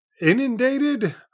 Inundated